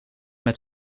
met